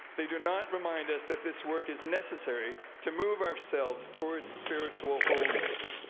they do not remind us that this work is necessary to move ourselves towards spiritual wholeness.